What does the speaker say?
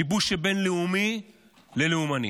שיבוש שבין לאומי ללאומני.